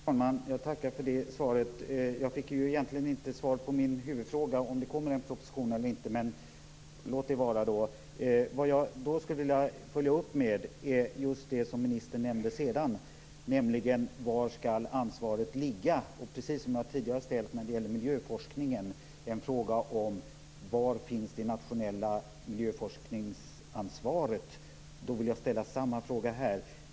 Herr talman! Jag tackar för det svaret. Egentligen fick jag inte svar på min huvudfråga om det kommer en proposition eller inte, men det kan ju vara. Vad jag skulle vilja följa upp med är just det som ministern nämnde sedan, nämligen var ansvaret skall ligga. Jag har tidigare ställt en fråga om miljöforskningen och var det nationella miljöforskningsansvaret finns. Nu vill jag ställa samma fråga här.